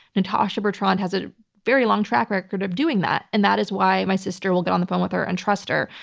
natasha bertrand has a very long track record of doing that, and that is why why my sister will get on the phone with her and trust her,